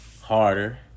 Harder